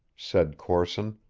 said corson,